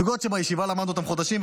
סוגיות שבישיבה למדנו אותן חודשים,